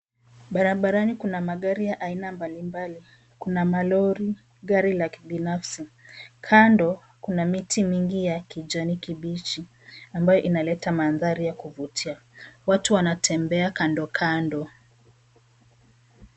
Barabarani kuna magari ya aina mbalimbali. Kuna malori, gari la kibinafsi. Kando kuna miti mingi ya kijani kibichi ambayo inaleta mandhari ya kuvutia. Watu wanatembea kandokando.